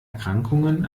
erkrankungen